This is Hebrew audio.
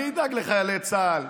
מי ידאג לחיילי צה"ל?